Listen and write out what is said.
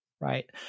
Right